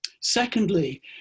Secondly